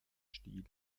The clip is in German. stil